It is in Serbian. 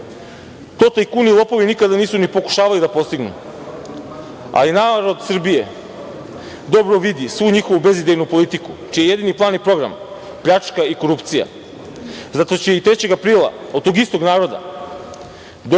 To tajkuni i lopovi nikada nisu ni pokušavali da postignu, ali narod Srbije dobro vidi svu njihovu bezidejnu politiku čiji je jedini plan i program pljačka i korupcija. Zato će i 3. aprila od tog istog naroda dobiti